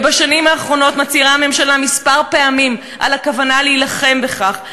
בשנים האחרונות הממשלה הצהירה כמה פעמים על הכוונה להילחם בכך,